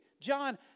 John